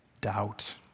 Doubt